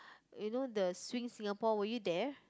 you know the swing Singapore were you there